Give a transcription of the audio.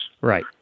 Right